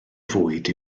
fwyd